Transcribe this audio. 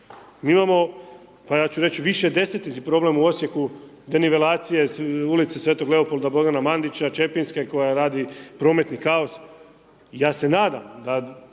Mi imamo pa ja ću reč višedesetljetni problem u Osijeku denivelacije Ulice Svetog Leopolda, Bogdana Mandića, Čepinske koja radi prometni kaos. Ja se nadam da